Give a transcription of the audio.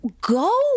go